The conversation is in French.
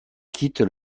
quittent